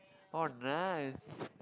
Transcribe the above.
oh nice